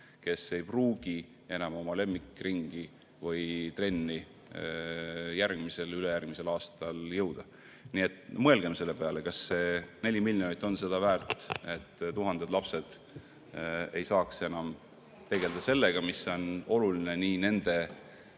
kes ei pruugi enam oma lemmikringi või ‑trenni järgmisel või ülejärgmisel aastal jõuda. Nii et mõelgem selle peale, kas see 4 miljonit on seda väärt, et tuhanded lapsed ei saaks enam tegelda sellega, mis on oluline nende